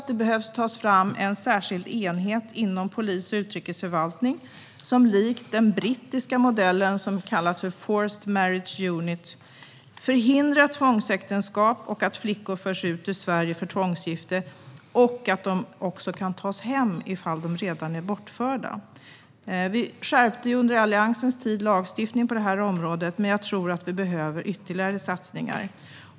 Det behövs också en särskild enhet inom polis och utrikesförvaltning som likt den brittiska modellen, Forced Marriage Unit, ska förhindra tvångsäktenskap och att flickor förs ut ur Sverige för tvångsgifte samt ta hem flickorna om de redan har förts bort. Under Alliansens tid skärptes lagstiftningen på området, men jag tror att det behövs ytterligare satsningar.